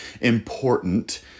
important